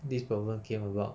this problem came about